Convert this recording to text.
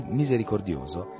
misericordioso